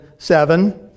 seven